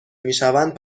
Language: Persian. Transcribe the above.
میشوند